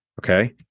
Okay